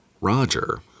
Roger